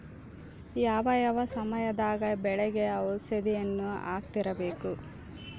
ಯಾವ ಯಾವ ಸಮಯದಾಗ ಬೆಳೆಗೆ ಔಷಧಿಯನ್ನು ಹಾಕ್ತಿರಬೇಕು?